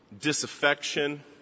disaffection